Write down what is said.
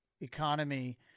economy